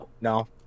No